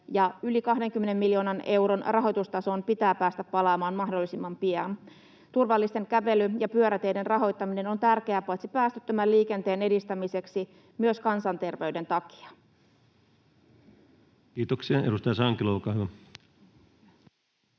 ja yli 20 miljoonan euron rahoitustasoon pitää päästä palaamaan mahdollisimman pian. Turvallisten kävely- ja pyöräteiden rahoittaminen on tärkeää paitsi päästöttömän liikenteen edistämiseksi myös kansanterveyden takia. Kiitoksia. — Edustaja Sankelo, olkaa hyvä.